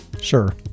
sure